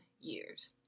years